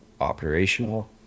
operational